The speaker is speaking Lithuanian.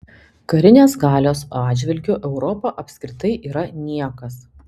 karinės galios atžvilgiu europa apskritai yra niekas